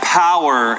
power